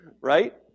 right